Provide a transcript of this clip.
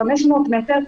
500 מטר,